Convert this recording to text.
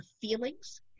feelings